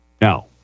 Now